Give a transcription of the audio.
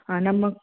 ಹಾಂ ನಮ್ಮ ಕ